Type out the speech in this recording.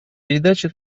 передача